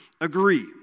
agree